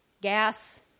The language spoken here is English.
gas